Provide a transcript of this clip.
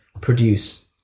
produce